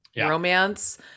romance